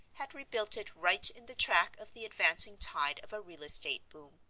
had rebuilt it right in the track of the advancing tide of a real estate boom.